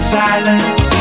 silence